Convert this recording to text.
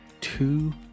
two